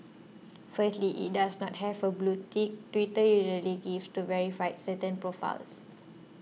firstly it does not have a blue tick Twitter usually gives to verify certain profiles